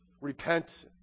Repent